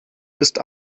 ist